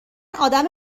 آدم